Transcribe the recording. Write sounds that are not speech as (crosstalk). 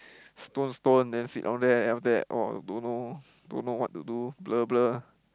stone stone then sit down there then after oh don't know (breath) don't know what to do blur blur